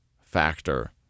factor